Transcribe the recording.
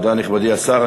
תודה, נכבדי השר.